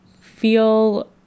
feel